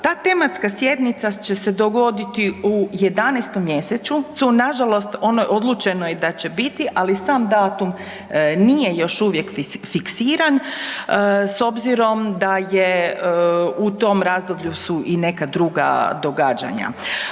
Ta tematska sjednica će se dogoditi u 11. mjesecu, nažalost ono je odlučeno i da će biti, ali sam datum nije još uvijek fiksiran s obzirom da je, u tom razdoblju su i neka druga događanja.